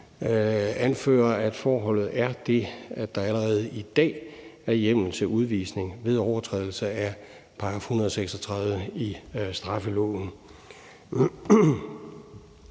anføre, at forholdet er det, at der allerede i dag er hjemmel til udvisning ved overtrædelse af § 136 i straffeloven.